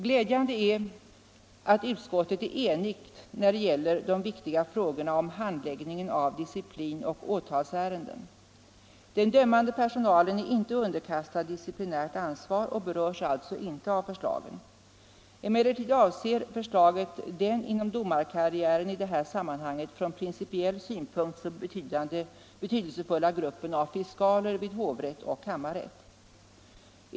Glädjande är att utskottet är enigt när det gäller de viktiga frågorna om handläggningen av disciplinoch åtalsärenden. Den dömande personalen är inte underkastad disciplinärt ansvar och berörs alltså inte av förslaget. Emellertid avser förslaget den inom domarkarriären i detta sammanhang från principiell synpunkt så betydelsefulla gruppen fiskaler vid hovrätt och kammarrätt.